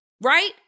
right